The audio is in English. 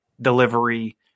delivery